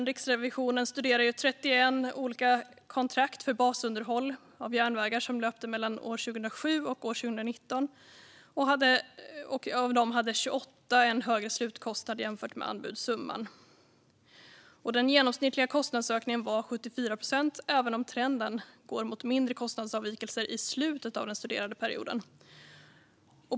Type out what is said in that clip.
Riksrevisionen studerade 31 olika kontrakt om basunderhåll av järnvägar som löpte mellan 2007 och 2019. Av dem hade 28 en högre slutkostnad jämfört med anbudssumman. Den genomsnittliga kostnadsökningen var 74 procent även om trenden går mot mindre kostnadsavvikelser i slutet av den studerade perioden.